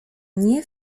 nie